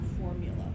formula